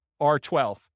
R12